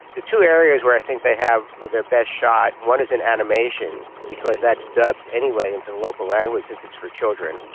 the two areas where i think they have their best shot, one is in animation because that's dubbed anyway into the local language since it's for children,